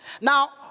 Now